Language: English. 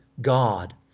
God